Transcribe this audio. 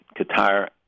Qatar